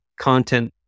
content